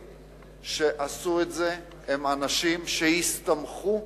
שעשו את זה הם אנשים שהסתמכו